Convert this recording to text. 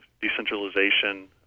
decentralization